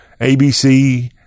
ABC